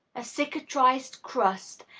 a cicatrized crust,